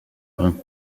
rhin